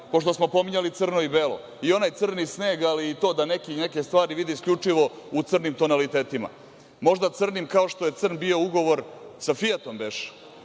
smo pominjali crno i belo, i onaj crni sneg, ali to da neki neke stvari vide isključivo u crnim tonalitetima. Možda crnim kao što je crn bio ugovor sa „Fijatom“ beše?